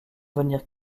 venir